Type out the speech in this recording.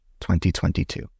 2022